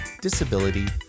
disability